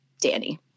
Danny